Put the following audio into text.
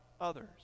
others